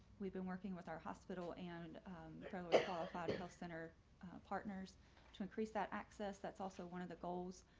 we've been working with our hospital and qualified health center partners to increase that access. that's also one of the goals